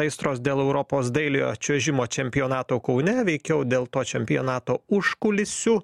aistros dėl europos dailiojo čiuožimo čempionato kaune veikiau dėl to čempionato užkulisių